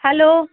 hello